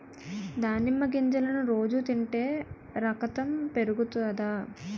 దానిమ్మ గింజలను రోజు తింటే రకతం పెరుగుతాది